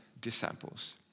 disciples